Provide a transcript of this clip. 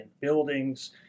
buildings